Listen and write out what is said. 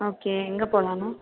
okay எங்கே போகணும்